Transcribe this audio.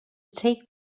tape